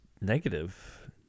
negative